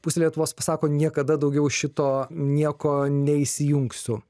pusė lietuvos pasako niekada daugiau šito nieko neįsijungsiu